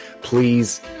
please